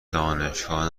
دانشگاه